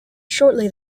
shortly